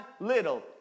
little